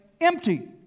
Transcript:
empty